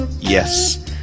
Yes